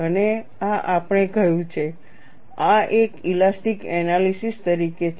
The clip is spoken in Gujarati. અને આ આપણે કહ્યું છે આ એક ઇલાસ્ટીક એનાલિસિસ તરીકે છે